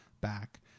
back